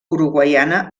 uruguaiana